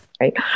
right